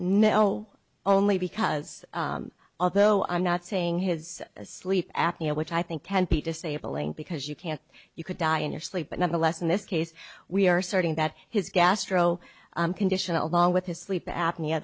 no only because although i'm not saying his sleep apnea which i think can be disabling because you can't you could die in your sleep but nonetheless in this case we are starting that his gastro condition along with his sleep apnea